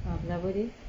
ah kenapa dia